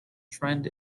trend